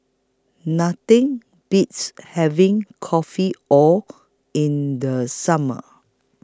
Nothing Beats having Kopi O in The Summer